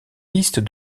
listes